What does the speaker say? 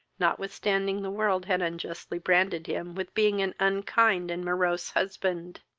notwithstanding the world had unjustly branded him with being an unkind and morose husband.